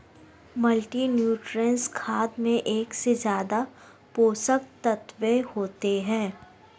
multinutrient खाद में एक से ज्यादा पोषक तत्त्व होते है